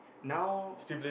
now